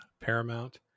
paramount